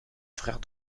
frère